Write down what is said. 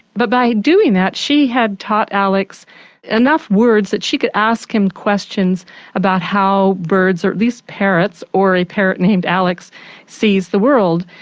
but by doing that she had taught alex enough words that she could ask him questions about how birds or these parrots, or a parrot named alex sees the world.